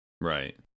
right